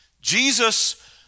Jesus